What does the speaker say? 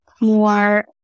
more